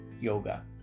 yoga